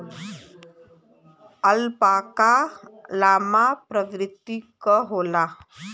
alpaca llama प्रवृत्ति क होला